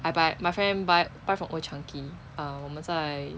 I buy my friend buy buy from old chang kee ah 我们在